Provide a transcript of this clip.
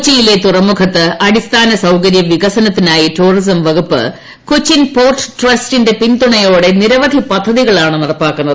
കൊച്ചിയിലെ കൃതുറമുഖത്ത് അടിസ്ഥാന സൌകര്യ വികസനത്തിനായി ടൂറിസ്റ്റ് പ്ലിക്കുപ്പ് കൊച്ചിൻ പോർട്ട് ട്രസ്റ്റിന്റെ പിന്തുണയോടെ നിരവധി പ്രഖ്ദത്കളാണ് നടപ്പിലാക്കുന്നത്